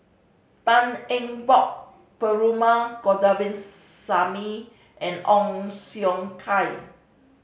Tan Eng Bock Perumal Govindaswamy and Ong Siong Kai